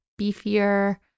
beefier